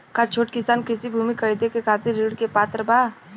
का छोट किसान कृषि भूमि खरीदे के खातिर ऋण के पात्र बा?